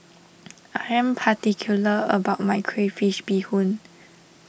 I am particular about my Crayfish BeeHoon